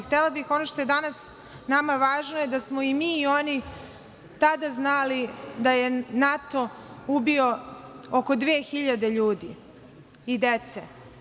Htela bih ono što je danas nama važno, a to je da smo i mi i oni tada znali da je NATO ubio oko 2000 ljudi i dece.